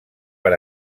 per